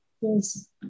Yes